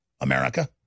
America